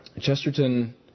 chesterton